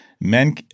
men